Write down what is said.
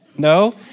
No